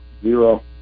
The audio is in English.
Zero